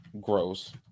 gross